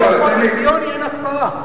בהסכם הקואליציוני אין הקפאה.